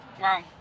wow